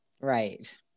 Right